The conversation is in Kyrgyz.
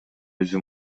өзү